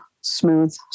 smooth